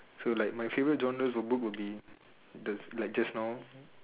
so like my favorite genres of book would be like just now